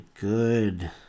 good